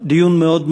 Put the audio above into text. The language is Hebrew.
היה דיון מכובד.